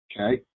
okay